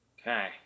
Okay